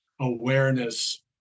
awareness